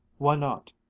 why not,